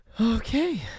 okay